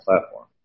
platform